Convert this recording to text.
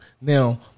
Now